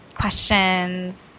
questions